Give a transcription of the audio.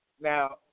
Now